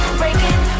breaking